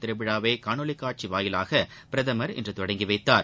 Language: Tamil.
திருவிழாவை காணொலி காட்சி வாயிலாக பிரதமர் இன்று தொடங்கி வைத்தார்